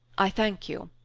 i thank you.